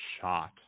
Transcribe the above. shot